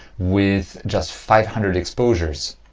with just five hundred exposures.